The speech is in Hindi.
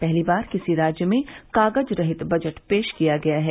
पहली बार किसी राज्य में कागज रहित बजट पेश किया गया है